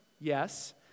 Yes